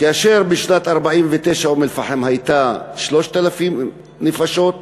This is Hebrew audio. כאשר בשנת 1949 אום-אלפחם הייתה 3,000 נפשות,